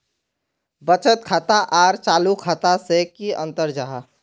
बचत खाता आर चालू खाता से की अंतर जाहा?